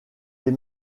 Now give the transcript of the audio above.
les